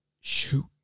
shoot